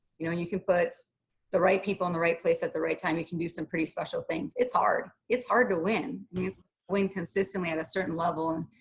you know, when you can put the right people in the right place at the right time, you can do some pretty special things. it's hard. it's hard to win. win consistently at a certain level.